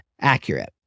accurate